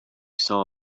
saw